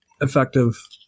effective